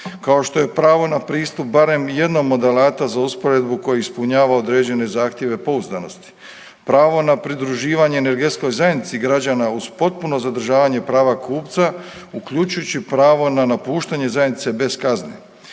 kao što je pravo na pristup barem jednom od alata za usporedbu koji ispunjava određene zahtjeve pouzdanosti, pravo na pridruživanje energetskoj zajednici građana uz potpuno zadržavanje prava kupca uključujući pravo na napuštanje zajednice bez kazne,